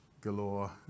galore